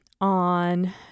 on